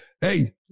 hey